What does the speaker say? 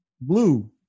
blue